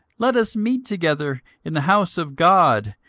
let us meet together in the house of god,